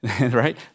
right